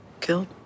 killed